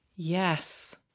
Yes